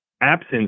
absence